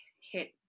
hit